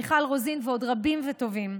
מיכל רוזין ועוד רבים וטובים.